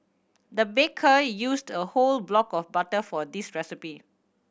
the baker used a whole block of butter for this recipe